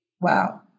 Wow